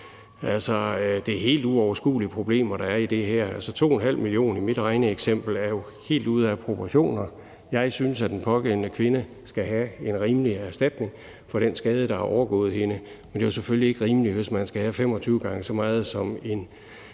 Altså, det er helt uoverskuelige problemer, der er i det her. De 2,5 mio. kr. i mit regneeksempel er jo helt ude af proportioner. Jeg synes, at den pågældende kvinder skal have en rimelig erstatning for den skade, der er overgået hende, men det er jo selvfølgelig ikke rimeligt, at hun skal have 25 gange så meget som en